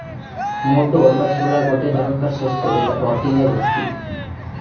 motor বা ছোলা গটে ধরণকার শস্য যেটা প্রটিনে ভর্তি